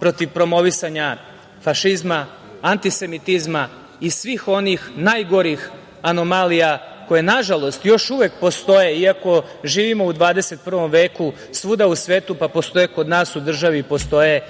protiv promovisanja fašizma, antisemitizma i svih onih najgorih anomalija koje nažalost još uvek postoje, iako živimo u 21. veku, svuda u svetu, postoje kod nas u državi i postoje